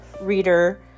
Reader